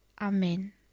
Amen